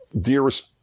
dearest